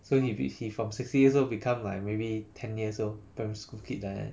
so he he from sixty years become like maybe ten years old primary school kid like that